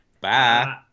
Bye